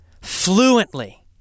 fluently